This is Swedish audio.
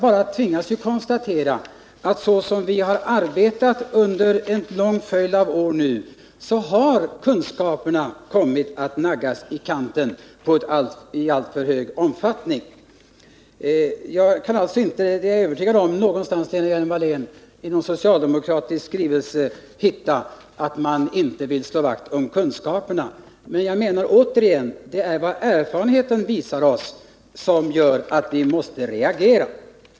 Jag tvingas bara konstatera att såsom vi arbetat under en lång följd av år nu, har kunskaperna kommit att naggas i kanten i alltför stor utsträckning. Jag kan alltså inte — det är jag övertygad om, Lena Hjelm-Wallén — i någon socialdemokratisk skrivelse finna belägg för att man inte vill slå vakt om kunskaperna. Det är vad erfarenheten visar oss som gör att vi måste reagera.